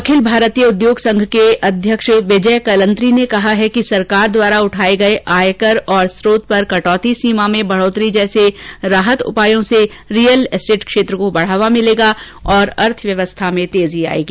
अखिल भारतीय उद्योग संघ के अध्यक्ष श्री विजय कलन्त्री ने कहा है कि सरकार द्वारा उठाये गये आयकर और स्रोत पर कटौती सीमा में बढ़ोतरी जैसे राहत उपायों से रीयल एस्टेट क्षेत्र को बढ़ावा मिलेगा और अर्थव्यवस्था में तेजी आएगी